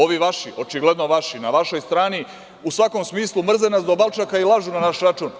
Ovi vaši, očigledno vaši, na vašoj strani u svakom smislu mrze nas do balčaka i lažu na naš račun.